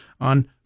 on